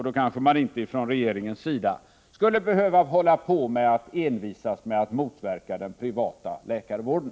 Då skulle regeringen inte behöva envisas med att motverka den privata läkarvården.